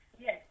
yes